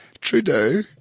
Trudeau